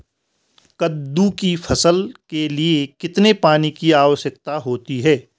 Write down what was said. कद्दू की फसल के लिए कितने पानी की आवश्यकता होती है?